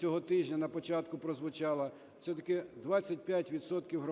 цього тижня на початку прозвучала, все-таки 25 відсотків